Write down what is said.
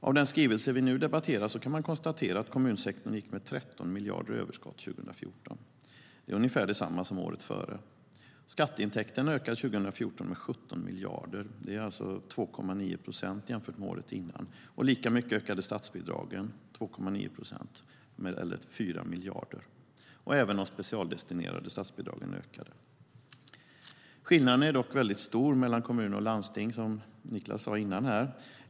Av den skrivelse som vi nu debatterar kan man konstatera att kommunsektorn gick med 13 miljarder i överskott 2014. Det är ungefär detsamma som året före. Skatteintäkterna ökade 2014 med 17 miljarder, alltså med 2,9 procent jämfört med året innan. Lika mycket ökade statsbidragen, 2,9 procent eller med 4 miljarder. Även de specialdestinerade statsbidragen ökade. Skillnaden är dock väldigt stor mellan olika kommuner och landsting, som Niklas sa här innan.